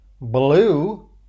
blue